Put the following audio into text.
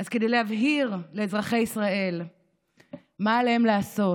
אז כדי להבהיר לאזרחי ישראל מה עליהם לעשות